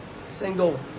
single